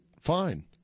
Fine